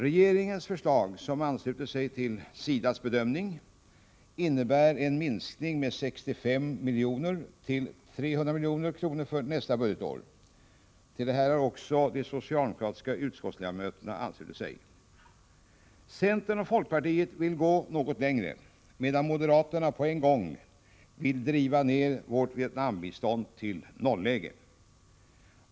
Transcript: Regeringens förslag, som ansluter till SIDA:s petita, innebär en minskning med 65 miljoner till 300 miljoner för nästa budgetår. Till det har också de Centern och folkpartiet vill gå något längre, medan moderaterna på en gång vill driva ned vårt Vietnambistånd till nolläge.